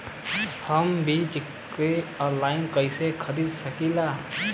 हम बीज के आनलाइन कइसे खरीद सकीला?